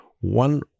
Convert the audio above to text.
one